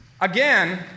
again